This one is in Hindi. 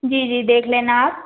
जी जी देख लेना आप